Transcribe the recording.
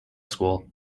school